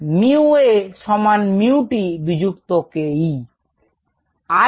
𝜇𝐴 সমান 𝜇𝑇 বিজুক্ত ke